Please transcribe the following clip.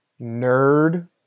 nerd